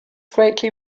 greatly